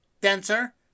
denser